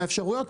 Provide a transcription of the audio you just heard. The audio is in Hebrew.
מהאפשרויות.